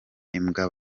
imbwa